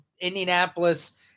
Indianapolis